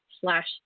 slash